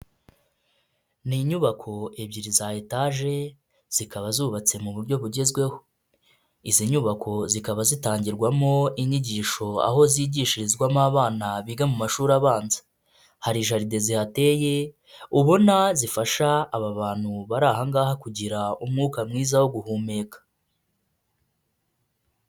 Ni inyubako ebyiri za etage zikaba zubatse mu buryo bugezweho. Izi nyubako zikaba zitangirwamo inyigisho aho zigishirizwamo abana biga mu mashuri abanza, hari jaridi zihateye ubona zifasha aba bantu bari ahangaha kugira umwuka mwiza wo guhumeka.